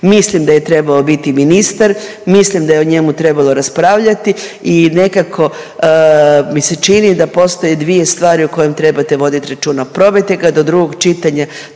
mislim da je trebao biti ministar, mislim da je o njemu trebalo raspravljati i nekako mi se čini da postoje dvije stvari o kojim trebate voditi računa. Probajte ga do drugog čitanja